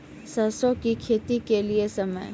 सरसों की खेती के लिए समय?